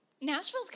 Nashville's